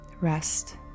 rest